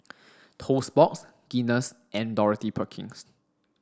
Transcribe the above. Toast Box Guinness and Dorothy Perkins